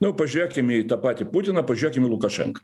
nu pažiūrėkim į tą patį putiną pažiūrėkim į lukašenką